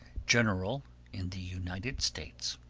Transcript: general in the united states.